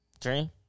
Dream